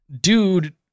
dude